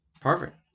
Perfect